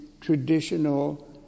traditional